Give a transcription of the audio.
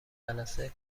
جلسه